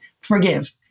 forgive